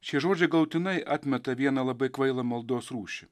šie žodžiai galutinai atmeta vieną labai kvailą maldos rūšį